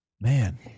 man